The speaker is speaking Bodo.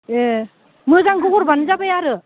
ए मोजांखौ हरबानो जाबाय आरो